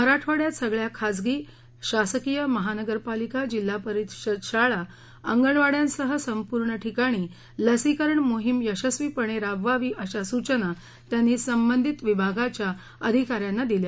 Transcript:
मराठवाड्यात सगळ्या खासगी शासकीय महानगरपालिका जिल्हा परिषद शाळा अंगणवाङ्यांसह संपूर्ण ठिकाणी लसीकरण मोहीम यशस्वीपणे राबवावी अशा सूचना त्यांनी संबधित विभागाच्या अधिकाऱ्यांना दिल्या